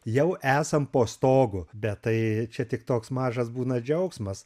jau esam po stogu bet tai čia tik toks mažas būna džiaugsmas